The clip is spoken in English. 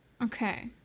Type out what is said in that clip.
Okay